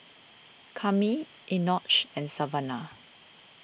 Kami Enoch and Savanna